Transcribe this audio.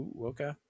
okay